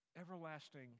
everlasting